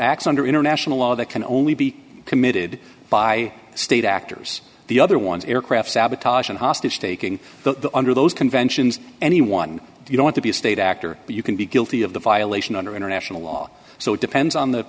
under international law that can only be committed by state actors the other ones aircraft sabotage and hostage taking the under those conventions anyone you don't to be a state actor you can be guilty of the violation under international law so it depends on the